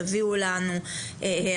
תביאו לנו הערות,